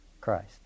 Christ